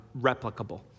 replicable